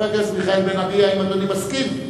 חבר הכנסת מיכאל בן-ארי, האם אדוני מסכים?